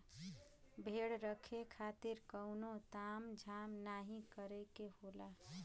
भेड़ रखे खातिर कउनो ताम झाम नाहीं करे के होला